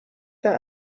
that